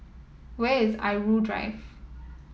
where is Irau Drive